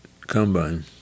combine